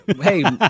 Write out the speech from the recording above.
Hey